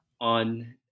on